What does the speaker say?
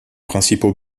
principaux